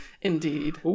indeed